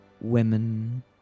women